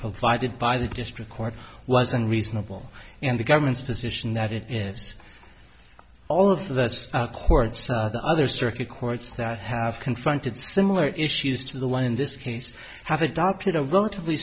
provided by the district court was unreasonable and the government's position that it is all of those courts the other circuit courts that have confronted similar issues to the one in this case have adopted a relatively